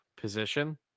Position